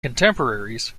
contemporaries